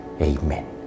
Amen